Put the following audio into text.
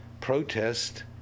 protest